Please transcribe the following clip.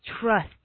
trust